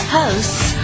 hosts